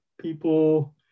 people